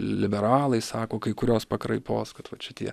liberalai sako kai kurios pakraipos kad vat šitie